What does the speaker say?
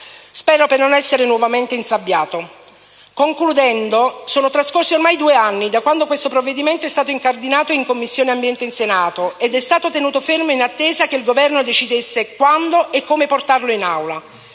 spero per non essere nuovamente insabbiato. Concludendo, sono trascorsi ormai due anni da quando questo provvedimento è stato incardinato in Commissione ambiente in Senato, ed è stato tenuto fermo in attesa che il Governo decidesse quando e come portarlo in Aula.